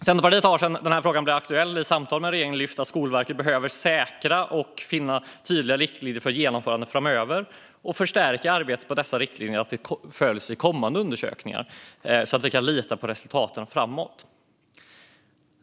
Centerpartiet har sedan denna fråga blev aktuell i samtal med regeringen lyft fram att Skolverket behöver säkra att det finns tydliga riktlinjer för genomförandet framöver och förstärka arbetet för att dessa riktlinjer följs i kommande undersökningar, så att vi kan lita på resultaten framöver.